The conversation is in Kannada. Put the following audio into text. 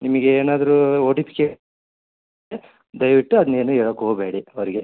ನಿಮಗೆ ಏನಾದ್ರು ಓ ಟಿ ಪಿ ಚೆ ದಯವಿಟ್ಟು ಅದ್ನ ಏನು ಹೇಳಕ್ ಹೋಬೇಡಿ ಅವ್ರಿಗೆ